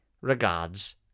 Regards